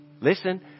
listen